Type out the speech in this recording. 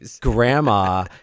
grandma